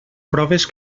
proves